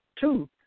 Two